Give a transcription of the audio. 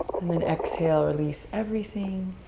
and then exhale, release everything.